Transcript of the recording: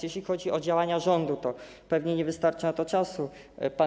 Jeśli chodzi o działania rządu - pewnie nie wystarczy na to czasu - to pan